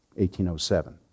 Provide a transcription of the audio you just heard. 1807